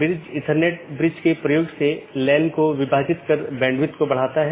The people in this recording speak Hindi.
इसके बजाय BGP संदेश को समय समय पर साथियों के बीच आदान प्रदान किया जाता है